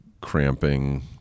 cramping